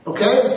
Okay